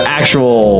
actual